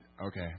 okay